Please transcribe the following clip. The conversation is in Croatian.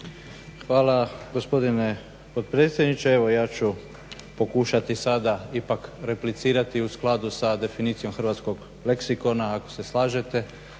Hvala gospodine potpredsjedniče. Evo ja ću pokušati sada ipak replicirati u skladu sa definicijom hrvatskog leksikona ako se slažete